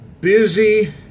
busy